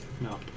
No